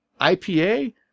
IPA